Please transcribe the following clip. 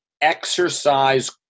exercise